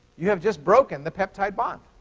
you have just broken the peptide bond.